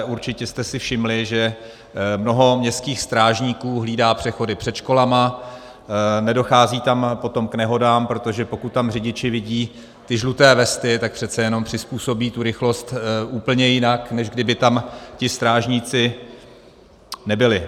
Určitě jste si všimli, že mnoho městských strážníků hlídá přechody před školami, nedochází tam potom k nehodám, protože pokud tam řidiči vidí ty žluté vesty, tak přece jenom přizpůsobí rychlost úplně jinak, než kdyby tam ti strážníci nebyli.